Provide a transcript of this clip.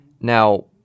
Now